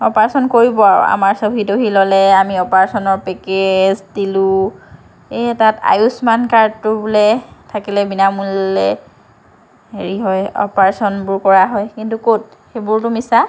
operation কৰিব আৰু আমাৰ চহী তহী ল'লে আমি অপাৰেচনৰ পেকেজ দিলোঁ এই তাত আয়ুস্মান কাৰ্ডটো বোলে থাকিলে বিনামূল্যে হেৰি হয় অপাৰেচনবোৰ কৰা হয় কিন্তু ক'ত সেইবোৰটো মিছা